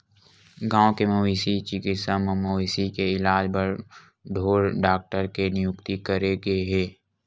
गाँव के मवेशी चिकित्सा म मवेशी के इलाज बर ढ़ोर डॉक्टर के नियुक्ति करे गे हे